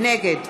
נגד